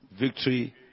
victory